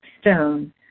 stone